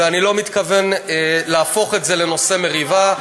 ואני לא מתכוון להפוך את זה לנושא מריבה.